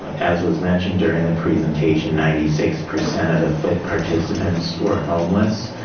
um as was mentioned during the presentation, ninety six percent of the fit participants were homeless.